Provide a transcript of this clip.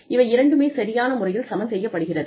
இவை இரண்டுமே சரியான முறையில் சமன் செய்யப்படுகிறது